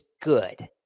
good